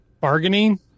bargaining